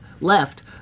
left